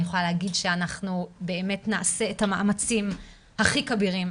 אני יכולה להגיד שאנחנו באמת נעשה את המאמצים הכי כבירים,